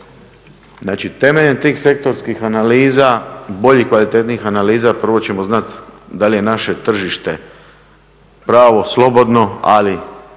Znači, temeljem tih sektorskih analiza, boljih, kvalitetnijih analiza prvo ćemo znati da li je naše tržište pravo slobodno ali